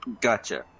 Gotcha